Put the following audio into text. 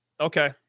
Okay